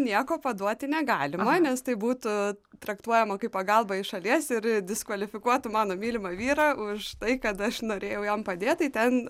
nieko paduoti negalima nes tai būtų traktuojama kaip pagalba iš šalies ir diskvalifikuotų mano mylimą vyrą už tai kad aš norėjau jam padėt tai ten